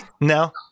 No